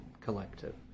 collective